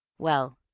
well,